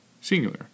Singular